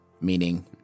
Meaning